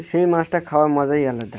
সেই মাছটা খাওয়ার মজাই আলাদা